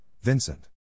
Vincent